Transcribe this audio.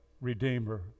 redeemer